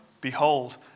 Behold